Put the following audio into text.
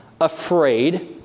afraid